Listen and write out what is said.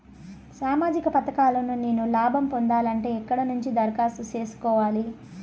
సామాజిక పథకాలను నేను లాభం పొందాలంటే ఎక్కడ నుంచి దరఖాస్తు సేసుకోవాలి?